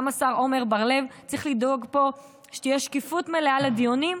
גם השר עמר בר לב צריך לדאוג פה שתהיה שקיפות מלאה לדיונים,